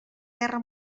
guerra